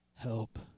help